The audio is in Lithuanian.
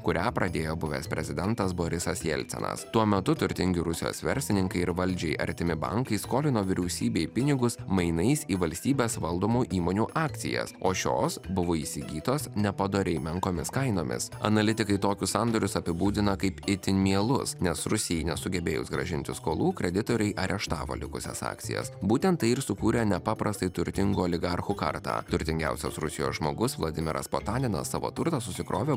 kurią pradėjo buvęs prezidentas borisas jelcinas tuo metu turtingi rusijos verslininkai ir valdžiai artimi bankai skolino vyriausybei pinigus mainais į valstybės valdomų įmonių akcijas o šios buvo įsigytos nepadoriai menkomis kainomis analitikai tokius sandorius apibūdina kaip itin mielus nes rusijai nesugebėjus grąžinti skolų kreditoriai areštavo likusias akcijas būtent tai ir sukūrė nepaprastai turtingų oligarchų kartą turtingiausias rusijos žmogus vladimiras potaninas savo turtą susikrovė